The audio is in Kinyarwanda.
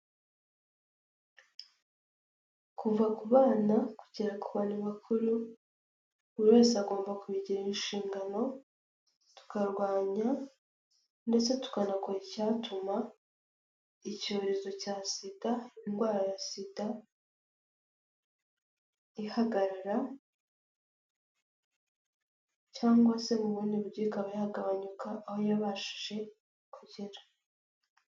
Kuva ku bana kugera ku bantu bakuru buri wese agomba kubigira inshingano tukarwanya ndetse tukanakora icyatuma icyorezo cya sida indwara ya sida ihagarara cyangwa se ubundi buryo ikaba yagabanyuka aho yabashije kugera.